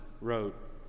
wrote